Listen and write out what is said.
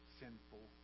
sinful